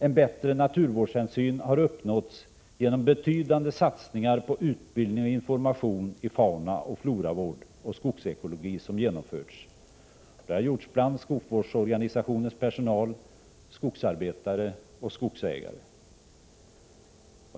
En bättre naturvårdshänsyn har uppnåtts genom betydande satsningar på utbildning och information i faunaoch floravård och i skogsekologi, som genomförts bland skogsvårdsorganisationens personal, skogsarbetare och skogsägare.